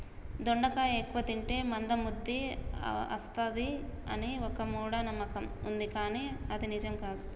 దొండకాయ ఎక్కువ తింటే మంద బుద్ది వస్తది అని ఒక మూఢ నమ్మకం వుంది కానీ అది నిజం కాదు